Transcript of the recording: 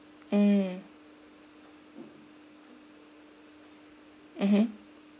mm mmhmm